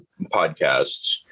podcasts